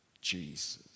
Jesus